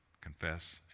confess